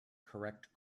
correct